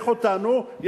לכו תענו,